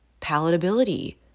palatability